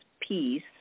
peace